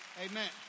Amen